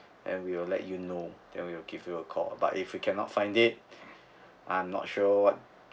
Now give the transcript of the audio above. and we will let you know we'll give you a call but if we cannot find it I'm not sure what